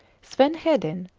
sven hedin,